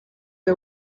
the